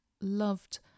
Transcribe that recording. loved